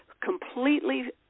completely